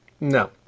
No